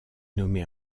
nommée